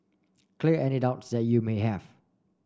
clear any doubts that you may have